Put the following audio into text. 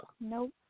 Nope